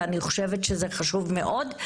אני חושבת שזה חשוב מאוד.